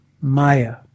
maya